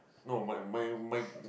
no my my my